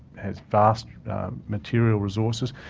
has vast material resources.